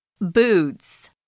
boots